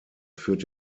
führt